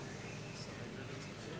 תעלה.